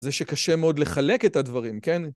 זה שקשה מאוד לחלק את הדברים, כן?